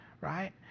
right